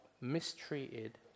mistreated